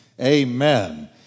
Amen